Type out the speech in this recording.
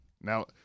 Now